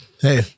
Hey